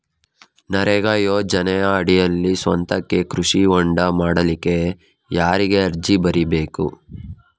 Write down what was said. ನರೇಗಾ ಯೋಜನೆಯಡಿಯಲ್ಲಿ ಸ್ವಂತಕ್ಕೆ ಕೃಷಿ ಹೊಂಡ ಮಾಡ್ಲಿಕ್ಕೆ ಯಾರಿಗೆ ಅರ್ಜಿ ಬರಿಬೇಕು?